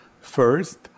First